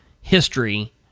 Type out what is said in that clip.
history